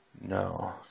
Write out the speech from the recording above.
No